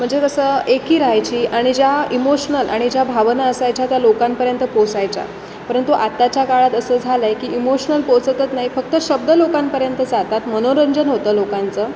म्हणजे कसं एकी राहायची आणि ज्या इमोशनल आणि ज्या भावना असायच्या त्या लोकांपर्यंत पोचायच्या परंतु आत्ताच्या काळात असं झालं आहे की इमोशनल पोचतच नाही फक्त शब्द लोकांपर्यंत जातात मनोरंजन होतं लोकांचं